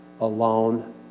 alone